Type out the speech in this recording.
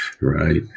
Right